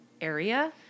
area